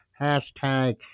hashtag